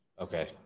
Okay